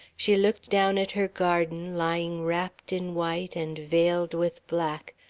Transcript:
she looked down at her garden, lying wrapped in white and veiled with black,